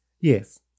Yes